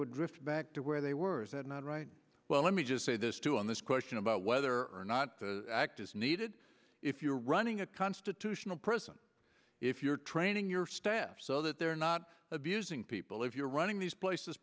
would drift back to where they were not right well let me just say this too on this question about whether or not the act is needed if you're running a constitutional prison if you're training your staff so that they're not abusing people if you're running these places